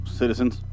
citizens